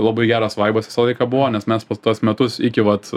labai geras vaibas visą laiką buvo nes mes pas tuos metus iki vat